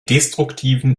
destruktiven